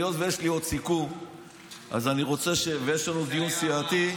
היות שיש לי עוד סיכום ויש לנו דיון סיעתי,